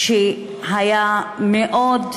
שהיה רב מאוד